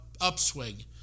upswing